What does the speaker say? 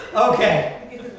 Okay